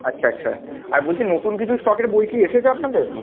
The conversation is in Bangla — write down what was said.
আচ্ছা আচ্ছা আর বলছি নতুন কিছু স্টকের বই কি এসেছে আপনাদের